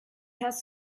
has